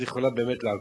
אז היא יכולה באמת לעקוב.